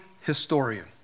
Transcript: historian